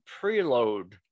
preload